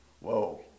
Whoa